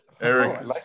Eric